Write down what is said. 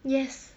yes